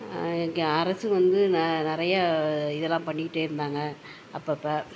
இங்கே அரசு வந்து ந நிறையா இதெல்லாம் பண்ணிகிட்டே இருந்தாங்க அப்பப்போ